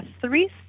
three